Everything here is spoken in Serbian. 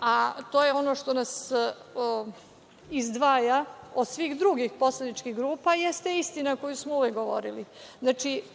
a to je ono što nas izdvaja od svih drugih poslaničkih grupa, jeste istina koju smo uvek govorili.